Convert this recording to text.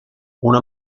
una